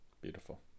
beautiful